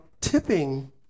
tipping